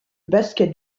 basket